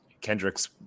kendricks